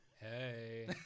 Hey